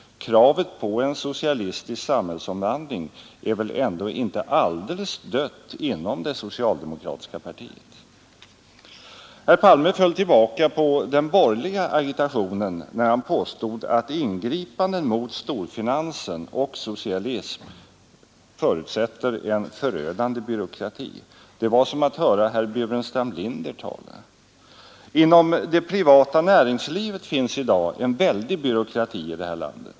Kravet på en socialistisk samhällsomvandling är väl ändå inte alldeles dött inom det socialdemokratiska partiet. Herr Palme föll tillbaka på den borgerliga agitationen, när han påstod att ingripanden mot storfinansen och socialism förutsätter en förödande byråkrati. Det var som att höra herr Burenstam Linder tala. Inom det privata näringslivet i det här landet finns i dag en väldig byråkrati.